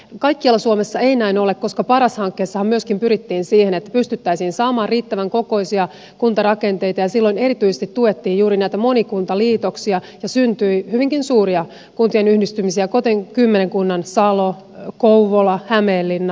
kaikkialla suomessa ei näin ole koska paras hankkeessahan myöskin pyrittiin siihen että pystyttäisiin saamaan riittävän kokoisia kuntarakenteita ja silloin erityisesti tuettiin juuri näitä monikuntaliitoksia ja syntyi hyvinkin suuria kuntien yhdistymisiä kuten kymmenen kunnan salo kouvola hämeenlinna